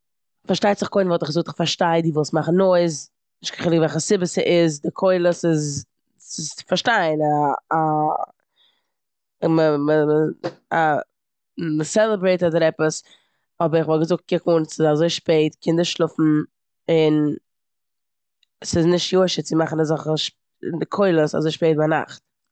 פארשטייט זיך קודם וואלט איך געזאגט "כ'פארשטיי די ווילסט מאכן נויז, נישט קיין חילוק וועלכע סיבה ס'איז, די קולות איז צו פארשטיין א- א- מ- מ- מ- א- מ'סעלעברעיט אדער עפעס" אבער כ'וואלט געזאגט "קוק אן, ס'איז אזוי שפעט, קינדער שלאפן און ס'נישט יושר צו מאכן אזעלכע ש- קולות אזוי שפעט ביינאכט."